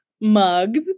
Mugs